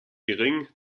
gering